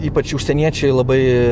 ypač užsieniečiai labai